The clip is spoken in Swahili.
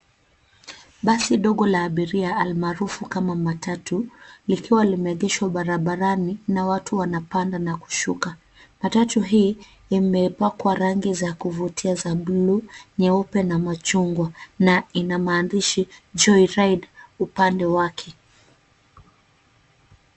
Basi dogo la abiria almaarufu kama matatu, likiwa limeegeshwa barabarani na watu wanapanda na kushuka. Matatu hii imepakwa rangi za kuvutia za buluu, nyeupe na machungwa. Na ina maandishi Joyride upande wake.